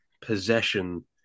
possession